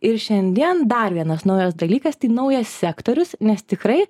ir šiandien dar vienas naujas dalykas tai naujas sektorius nes tikrai